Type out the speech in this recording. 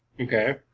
Okay